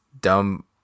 dumb